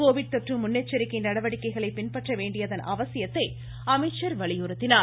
Covid தொற்று முன்னெச்சரிக்கை நடவடிக்கைகளை பின்பற்ற வேண்டியதன் அவசியத்தை அமைச்சர் வலியுறுத்தினார்